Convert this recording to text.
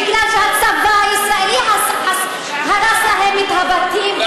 כי הצבא הישראלי הרס להם את הבתים.